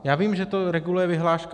Já vím, že to reguluje vyhláška.